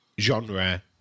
genre